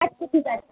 আচ্ছা ঠিক আছে